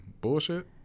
bullshit